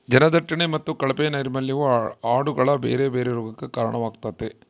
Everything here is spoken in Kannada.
ಜನದಟ್ಟಣೆ ಮತ್ತೆ ಕಳಪೆ ನೈರ್ಮಲ್ಯವು ಆಡುಗಳ ಬೇರೆ ಬೇರೆ ರೋಗಗಕ್ಕ ಕಾರಣವಾಗ್ತತೆ